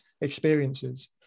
experiences